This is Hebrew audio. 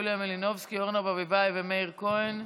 2566 ו-2567,